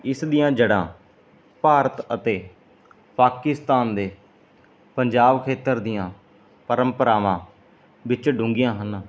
ਇਸ ਦੀਆਂ ਜੜ੍ਹਾਂ ਭਾਰਤ ਅਤੇ ਪਾਕਿਸਤਾਨ ਦੇ ਪੰਜਾਬ ਖੇਤਰ ਦੀਆਂ ਪਰੰਪਰਾਵਾਂ ਵਿੱਚ ਡੂੰਘੀਆਂ ਹਨ